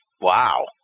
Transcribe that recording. Wow